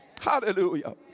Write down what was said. Hallelujah